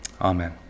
Amen